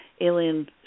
alien